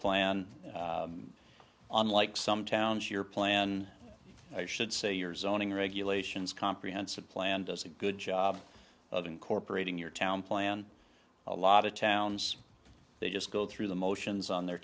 plan on like some towns your plan i should say years owning regulations comprehensive plan does a good job of incorporating your town plan a lot of towns they just go through the motions on their